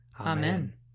Amen